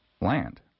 land